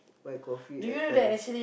white coffee at times